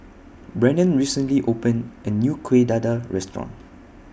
Brennan recently opened A New Kueh Dadar Restaurant